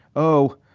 oh,